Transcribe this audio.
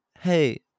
hey